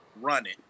running